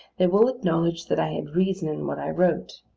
they will acknowledge that i had reason in what i wrote.